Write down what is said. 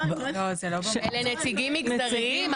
אלה נציגים מגדריים,